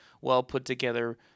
well-put-together